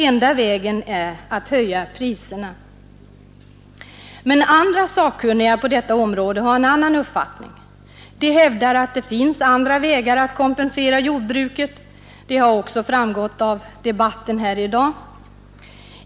Enda vägen är att höja priserna.” Men andra sakkunniga på detta område har inte den uppfattningen. De hävdar att det också finns andra vägar att kompensera jordbruket, och det har även framgått av debatten här i dag.